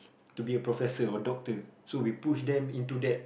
to be a professor or doctor so we push them into that